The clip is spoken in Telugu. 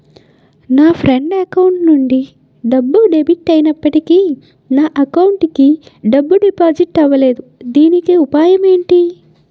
నా ఫ్రెండ్ అకౌంట్ నుండి డబ్బు డెబిట్ అయినప్పటికీ నా అకౌంట్ కి డబ్బు డిపాజిట్ అవ్వలేదుదీనికి ఉపాయం ఎంటి?